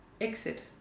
exit